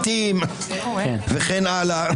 בתים וכן הלאה,